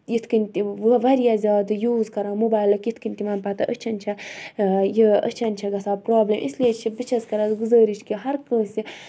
یِتھٕ کَنۍ تِم واریاہ زیادٕ یوٗز کَران موبایِلُک یِتھٕ کَنۍ تِمَن پَتہٕ أچھَن چھِ یہِ أچھَن چھےٚ گَژھان پرابلِم اِسلیے چھِ بہٕ چھس کَران گُزٲرِش کہِ ہَر کٲنسہِ